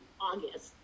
August